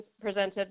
presented